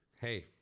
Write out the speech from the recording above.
hey